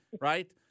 right